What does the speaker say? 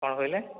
କ'ଣ କହିଲେ